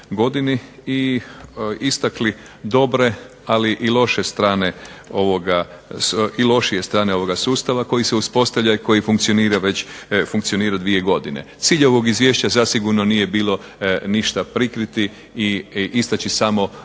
i istakli dobre, ali i loše strane ovoga sustava koji se uspostavlja i koji funkcionira već dvije godine. Cilj ovog izvješća zasigurno nije bilo ništa prikriti i istaći samo